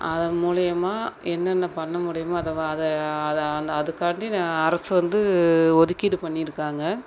அதன் மூலயமா என்னென்ன பண்ண முடியுமோ அதை அதை அதுக்காண்டி அரசு வந்து ஒதுக்கீடு பண்ணியிருக்காங்க